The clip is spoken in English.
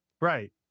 Right